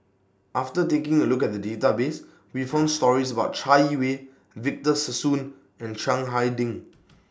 after taking A Look At The Database We found stories about Chai Yee Wei Victor Sassoon and Chiang Hai Ding